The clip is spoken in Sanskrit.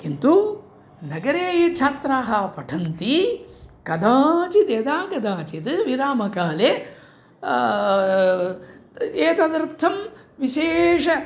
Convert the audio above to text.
किन्तु नगरे ये छात्राः पठन्ति कदाचित् यदा कदाचित् विरामकाले एतदर्थं विशेष